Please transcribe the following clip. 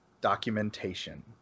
documentation